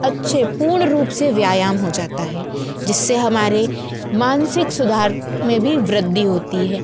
अच्छे पूर्ण रूप से व्यायाम हो जाता है जिससे हमारे मानसिक सुधार में भी वृद्दि होती है